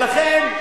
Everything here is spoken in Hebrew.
ולכן,